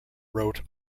wrote